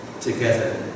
together